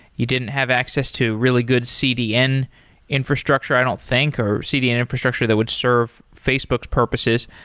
you didn't have access to really good cdn infrastructure i don't think, or cdn infrastructure that would serve facebook's purposes.